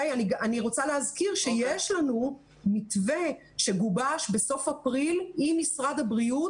אני רוצה להזכיר שיש לנו מתווה שגובש בסוף אפריל עם משרד הבריאות,